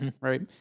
Right